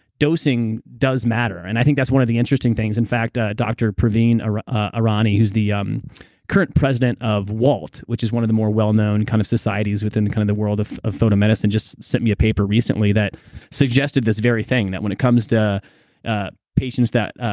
dosing does matter. and i think that's one of the interesting things in fact, ah doctor ah ah irani, who's the um current president of walt which is one of the more well-known kind of societies within kind of the world of of photomedicine just sent me a paper recently that suggested this very thing that when it comes to patients that.